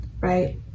Right